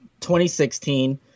2016